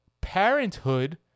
Parenthood